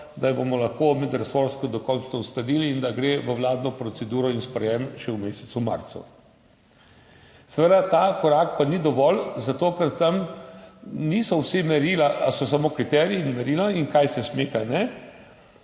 jo bomo lahko medresorsko dokončno uskladili in da gre v vladno proceduro in v sprejetje še v mesecu marcu. Seveda, ta korak pa ni dovolj, zato ker tam niso samo kriteriji in merila, kaj se sme in